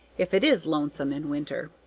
if it is lonesome in winter.